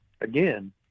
again